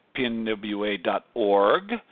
pnwa.org